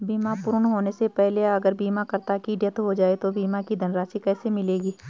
बीमा पूर्ण होने से पहले अगर बीमा करता की डेथ हो जाए तो बीमा की धनराशि किसे मिलेगी?